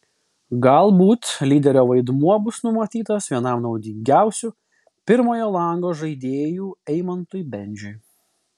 galbūt lyderio vaidmuo bus numatytas vienam naudingiausių pirmojo lango žaidėjų eimantui bendžiui